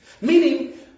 Meaning